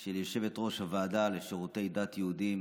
של יושבת-ראש הוועדה לשירותי דת יהודיים